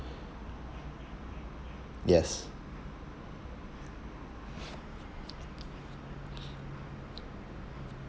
yes